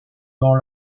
dans